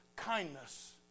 kindness